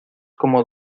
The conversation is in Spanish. como